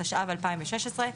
התשע"ו 2016,